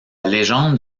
légende